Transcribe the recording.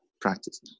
practice